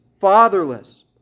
fatherless